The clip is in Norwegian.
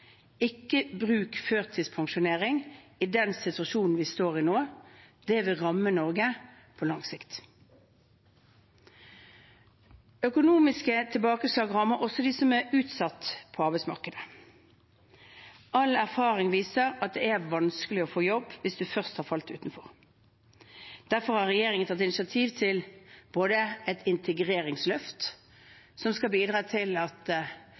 Ikke bruk førtidspensjonering i den situasjonen vi står i nå. Det vil ramme Norge på lang sikt. Økonomiske tilbakeslag rammer også dem som er utsatt på arbeidsmarkedet. All erfaring viser at det er vanskelig å få jobb hvis man først har falt utenfor. Derfor har regjeringen tatt initiativ til et integreringsløft som skal bidra til at